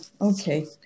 Okay